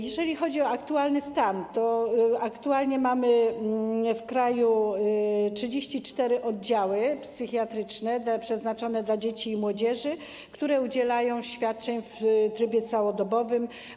Jeżeli chodzi o aktualny stan, to mamy w kraju 34 oddziały psychiatryczne przeznaczone dla dzieci i młodzieży, które udzielają świadczeń w trybie całodobowym.